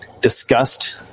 discussed